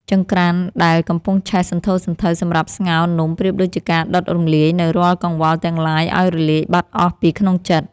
ចង្ក្រានដែលកំពុងឆេះសន្ធោសន្ធៅសម្រាប់ស្ងោរនំប្រៀបដូចជាការដុតរំលាយនូវរាល់កង្វល់ទាំងឡាយឱ្យរលាយបាត់អស់ពីក្នុងចិត្ត។